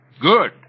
Good